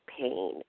pain